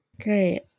great